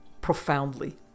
profoundly